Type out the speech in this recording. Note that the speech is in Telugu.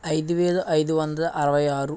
ఐదు వేల ఐదు వందల అరవై ఆరు